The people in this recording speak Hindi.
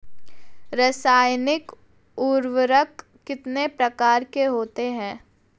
रासायनिक उर्वरक कितने प्रकार के होते हैं?